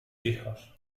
hijos